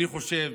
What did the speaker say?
אני חושב